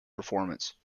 performance